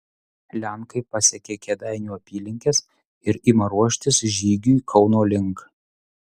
lenkai pasiekia kėdainių apylinkes ir ima ruoštis žygiui kauno link